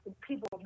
People